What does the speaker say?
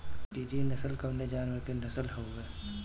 गिरी नश्ल कवने जानवर के नस्ल हयुवे?